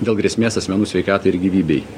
dėl grėsmės asmenų sveikatai ir gyvybei